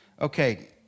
Okay